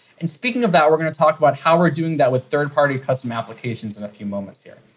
and speaking of that, we're going to talk about how we're doing that with third-party custom applications in a few moments here.